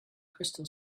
crystal